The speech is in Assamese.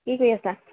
কি কৰি আছা